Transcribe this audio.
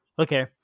Okay